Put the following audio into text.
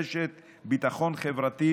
חוויתי